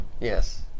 Yes